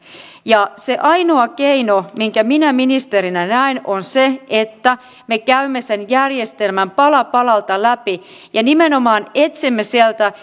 ja se ainoa keino minkä minä ministerinä näen on se että me käymme sen järjestelmän pala palalta läpi ja nimenomaan etsimme sieltä